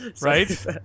Right